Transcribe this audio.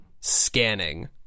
scanning